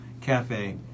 Cafe